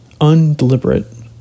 undeliberate